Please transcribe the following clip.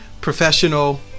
professional